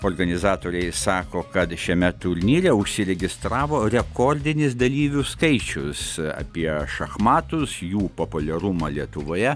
organizatoriai sako kad šiame turnyre užsiregistravo rekordinis dalyvių skaičius apie šachmatus jų populiarumą lietuvoje